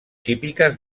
típiques